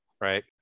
Right